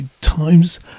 times